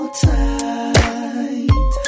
tight